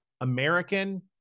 American